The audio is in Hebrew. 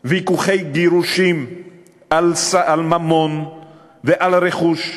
ויכוחי גירושין על ממון ועל רכוש,